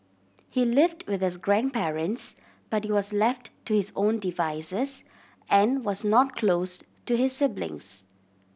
he lived with his grandparents but he was left to his own devices and was not close to his siblings